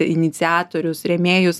iniciatorius rėmėjus